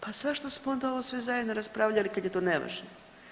Pa zašto smo onda ovo sve zajedno raspravljali kad je to nevažno?